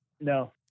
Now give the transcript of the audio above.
No